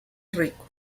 rico